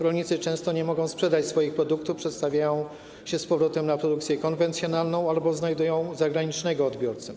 Rolnicy często nie mogą sprzedać swoich produktów, przestawiają się z powrotem na produkcję konwencjonalną albo znajdują zagranicznego odbiorcę.